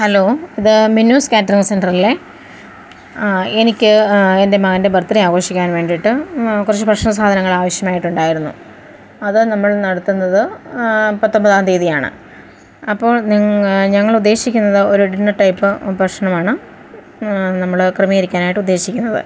hello ഇത് Minnu's catering centre അല്ലേ എനിക്ക് എൻ്റെ മകൻ്റെ ബർത്ത്ഡേ ആഘോഷിക്കാൻ വേണ്ടിയിട്ട് കുറച്ചു ഭക്ഷണ സാധനങ്ങൾ ആവശ്യമായിട്ടുണ്ടായിരുന്നു അത് നമ്മൾ നടത്തുന്നത് പത്തൊൻപതാം തീയതി ആണ് അപ്പോൾ നിങ്ങൾ ഞങ്ങൾ ഉദ്ദേശിക്കുന്നത് ഒരു ഡിന്നർ ടൈപ്പ് ഭക്ഷണം ആണ് നമ്മൾ ക്രമീകരിക്കാനായിട്ട് ഉദ്ദേശിക്കുന്നത്